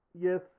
Yes